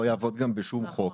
לא יעבוד גם בשום חוק.